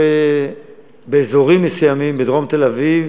באזורים מסוימים בדרום תל-אביב,